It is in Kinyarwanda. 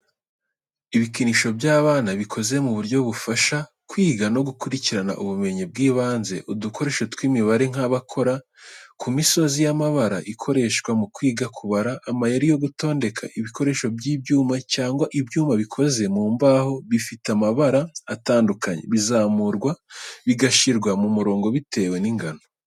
Ibikinisho by’abana bikoze mu buryo bufasha kwiga no gukurikirana ubumenyi bw’ibanze. Udukoresho tw’imibare nk'abakora ku misozi y’amabara ikoreshwa mu kwiga kubara. Amayeri yo gutondeka, ibikoresho by’ibyuma cyangwa ibyuma bikoze mu mbaho bifite amabara atandukanye, bizamurwa bigashyirwa mu murongo bitewe n’ingano.